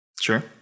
sure